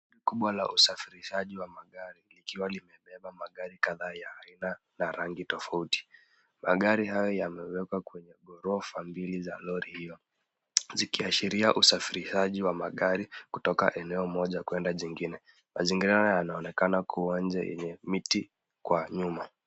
Gari kubwa la usafirishaji wa magari, likiwa limebeba magari kadhaa ya aina na rangi tofauti. Magari hayo yamebebwa kwenye ghorofa mbili za lori hio, zikiashiria usafirishaji wa magari kutoka eneo moja kuenda jingine. Mazingira yanaonekana kuwa nje, yenye miti kwa nyuma.